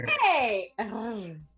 Hey